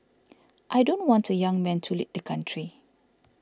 I don't want a young man to lead the country